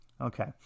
Okay